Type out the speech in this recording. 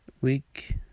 week